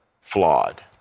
flawed